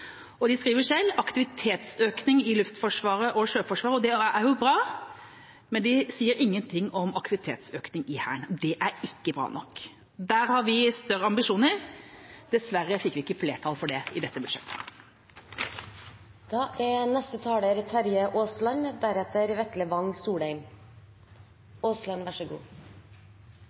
på. De skriver selv at det skal være aktivitetsøkning i Luftforsvaret og Sjøforsvaret, og det er bra, men de sier ingenting om aktivitetsøkning i Hæren. Det er ikke bra nok. Der har vi større ambisjoner. Dessverre fikk vi ikke flertall for det i dette budsjettet. Det å sikre trygge, gode og framtidsrettede arbeidsplasser er